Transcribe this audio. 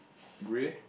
grey